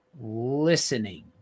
listening